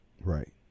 Right